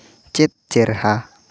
ᱪᱮᱫ ᱪᱮᱨᱦᱟ